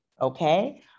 okay